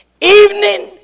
Evening